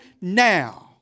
now